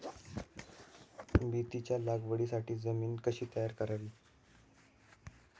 मेथीच्या लागवडीसाठी जमीन कशी तयार करावी?